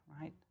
Right